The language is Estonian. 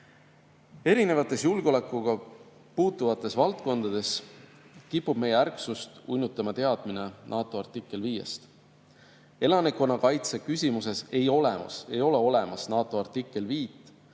Erinevates julgeolekuga puutuvates valdkondades kipub meie ärksust uinutama teadmine NATO artikkel viiest. Elanikkonnakaitse küsimuses ei ole olemas NATO artikkel